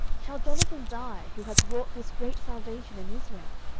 shall jonathan die, who hath wrought this great salvation in israel?